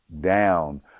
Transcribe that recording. down